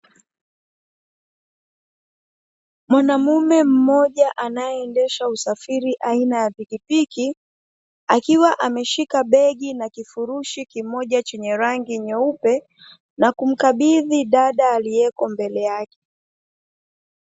Mwanaume mmoja anaendesha usafiri aina ya pikipiki, akiwa ameshika begi pamoja na kifurushi kimoja cha rangi nyeupe na kumkabidhi dada aliyoko mbele yake.